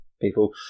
people